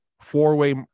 Four-way